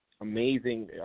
amazing